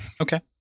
okay